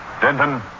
Denton